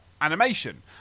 animation